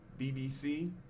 BBC